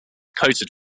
coated